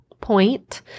point